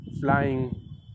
flying